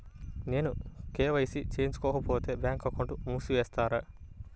నేను కే.వై.సి చేయించుకోకపోతే బ్యాంక్ అకౌంట్ను మూసివేస్తారా?